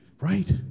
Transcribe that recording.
Right